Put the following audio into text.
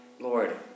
Lord